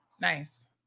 Nice